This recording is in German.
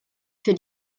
für